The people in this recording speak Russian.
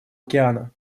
океана